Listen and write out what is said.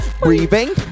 breathing